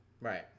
right